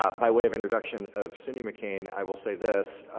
ah by way of introduction of cindy mccain, i will say this.